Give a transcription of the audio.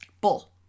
bull